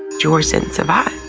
joycean tamai.